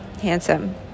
Handsome